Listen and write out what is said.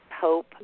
hope